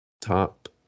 top